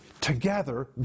Together